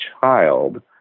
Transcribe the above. child